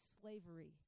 slavery